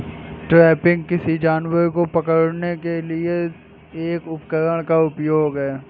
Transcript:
trapping, किसी जानवर को दूर से पकड़ने के लिए एक उपकरण का उपयोग है